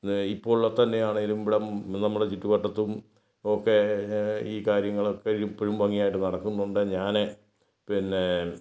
ഇപ്പോൾ തന്നെയാണെങ്കിലും ഇവിടെ നമ്മുടെ ചുറ്റു വട്ടത്തും ഒക്കെ ഈ കാര്യങ്ങളൊക്കെയും ഇപ്പോഴും ഭംഗിയായിട്ട് നടക്കുന്നുണ്ട് ഞാൻ പിന്നെ